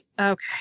okay